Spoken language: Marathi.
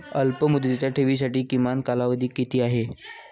अल्पमुदतीच्या ठेवींसाठी किमान कालावधी किती आहे?